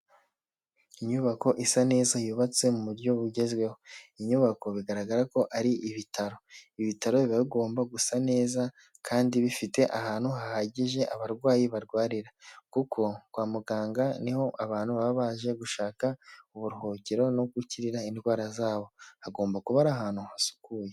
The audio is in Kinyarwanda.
Inyubako isa neza yubatse mu buryo bugezweho, inyubako bigaragara ko ari ibitaro, ibitaro biba bigomba gusa neza kandi bifite ahantu hahagije abarwayi barwarira, kuko kwa muganga niho abantu baba baje gushaka uburuhukiro no gukirira indwara zabo, hagomba kuba ari ahantu hasukuye.